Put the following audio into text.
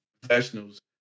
professionals